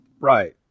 Right